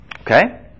Okay